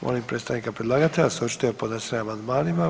Molim predstavnika predlagatelja da se očituje o podnesenim amandmanima.